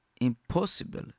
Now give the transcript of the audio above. impossible